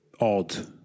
odd